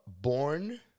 born